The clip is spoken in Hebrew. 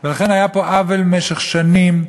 לכן, היה פה עוול במשך שנים.